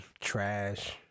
trash